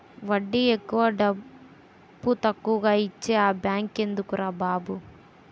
వడ్డీ ఎక్కువ డబ్బుతక్కువా ఇచ్చే ఆ బేంకెందుకురా బాబు